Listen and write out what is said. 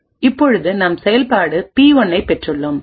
இப்பொழுது நாம் செயல்பாடு பி 1 ஐ பெற்றுள்ளோம்